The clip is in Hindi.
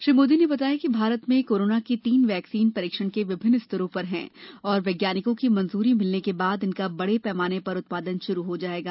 श्री मोदी ने बताया कि भारत में कोरोना की तीन वैक्सीन परीक्षण के विभिन्न स्तरों पर हैं और वैज्ञानिकों की मंजूरी मिलने के बाद इनका बड़े पैमाने पर उत्पादन शुरू हो जायेगा